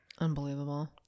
Unbelievable